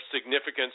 significance